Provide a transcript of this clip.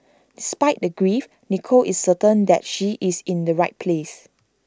despite the grief Nicole is certain that she is in the right place